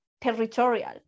territorial